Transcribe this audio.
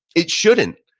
it shouldn't.